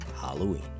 Halloween